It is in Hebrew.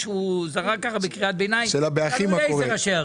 ועכשיו כשזה הגיע זה הגיע כמספר גבוה מידי.